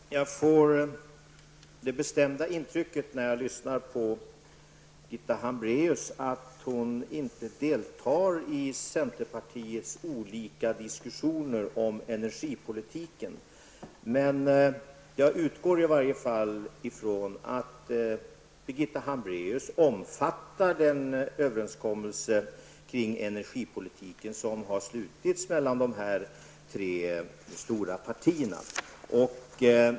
Herr talman! Jag får det bestämda intrycket när jag lyssnar på Birgitta Hambraeus, att hon inte deltar i centerpartiets olika diskussioner om energipolitiken. Jag utgår i varje fall ifrån att Birgitta Hambraeus omfattar den överenskommelse kring energipolitiken som träffats mellan de tre stora partierna.